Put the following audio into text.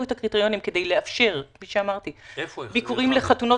את הקריטריונים כדי לאפשר ביקורים לחתונות.